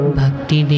Bhakti